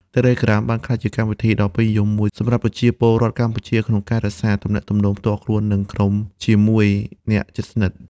Telegram បានក្លាយជាកម្មវិធីដ៏ពេញនិយមមួយសម្រាប់ប្រជាពលរដ្ឋកម្ពុជាក្នុងការរក្សា ទំនាក់ទំនងផ្ទាល់ខ្លួន និងក្រុម ជាមួយអ្នកជិតស្និទ្ធ។